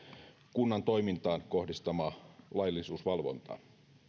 kunnan toimintaan kohdistamaa laillisuusvalvontaa